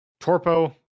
Torpo